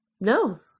No